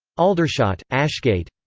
aldershot, ashgate.